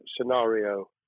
scenario